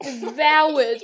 devoured